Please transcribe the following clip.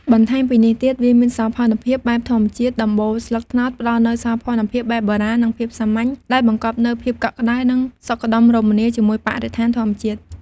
បន្ថែមពីនេះទៀត វាមានសោភ័ណភាពបែបធម្មជាតិ ដំបូលស្លឹកត្នោតផ្ដល់នូវ សោភ័ណភាពបែបបុរាណ និងភាពសាមញ្ញ ដែលបង្កប់នូវភាពកក់ក្ដៅ និងសុខដុមរមនាជាមួយបរិស្ថានធម្មជាតិ។